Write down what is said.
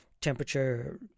Temperature